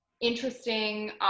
interesting